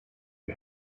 you